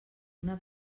una